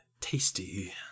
tasty